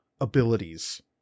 abilities